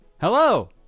Hello